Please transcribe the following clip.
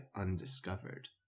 undiscovered